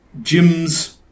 gyms